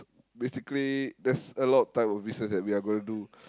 basically that's a lot of type of business that we are going to do